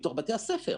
מתוך בתי הספר.